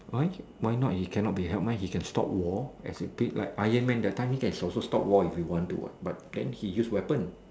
why why not he can not be help meh he can stop war as you like Ironman that time he can also stop wall if he want to what but then he use weapon